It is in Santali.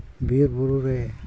ᱵᱤᱨ ᱵᱩᱨᱩ ᱨᱮ